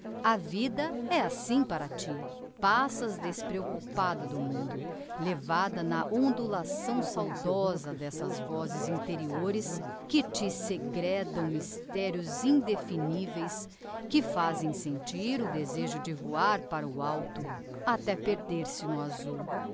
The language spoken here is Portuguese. a vida é assim para ti passas despreoccupada do mundo levada na ondulação saudosa d'essas vozes interiores que te segredam mysterios indefiniveis que fazem sentir o desejo de voar para o alto até perder-se no azul